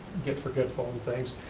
get forgetful and things.